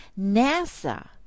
NASA